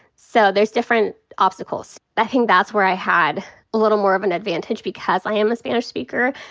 so there's different obstacles. i think that's where i had a little more of an advantage because i am a spanish speaker.